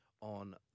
on